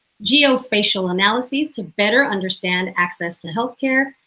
geospatial analyses to better understand access to healthcare,